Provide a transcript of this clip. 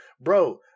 bro